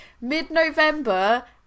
mid-November